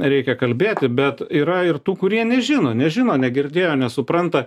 reikia kalbėti bet yra ir tų kurie nežino nežino negirdėjo nesupranta